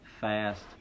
fast